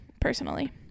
personally